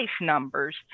numbers